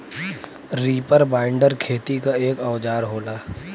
reaper binder खेती क एक औजार होला